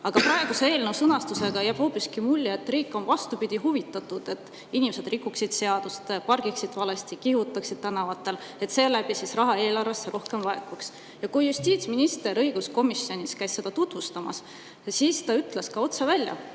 Aga praeguse eelnõu sõnastusest jääb hoopiski mulje, et riik on, vastupidi, huvitatud sellest, et inimesed rikuksid seadust, pargiksid valesti ja kihutaksid tänavatel, et seeläbi eelarvesse rohkem raha laekuks. Kui justiitsminister käis õiguskomisjonis seda tutvustamas, siis ta ütles ka otse välja: